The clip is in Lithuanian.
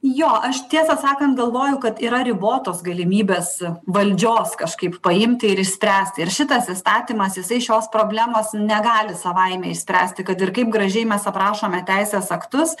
jo aš tiesą sakant galvoju kad yra ribotos galimybės valdžios kažkaip paimti ir išspręsti ir šitas įstatymas jisai šios problemos negali savaime išspręsti kad ir kaip gražiai mes aprašome teisės aktus